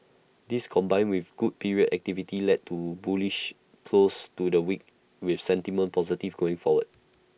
this combined with good period activity led to A bullish close to the week with sentiment positive going forward